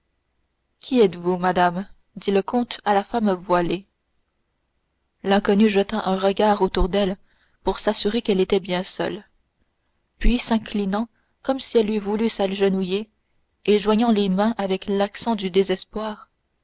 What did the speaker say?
qui êtes-vous madame dit le comte à la femme voilée l'inconnue jeta un regard autour d'elle pour s'assurer qu'elle était bien seule puis s'inclinant comme si elle eût voulu s'agenouiller et joignant les mains avec accent du désespoir